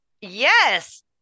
Yes